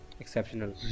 exceptional